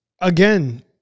Again